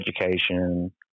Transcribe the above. education